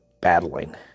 battling